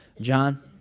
John